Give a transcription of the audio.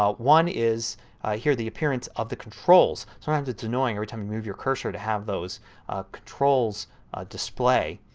ah one is here the appearance of the controls. sometimes it is annoying every time you move your cursor to have those ah controls display.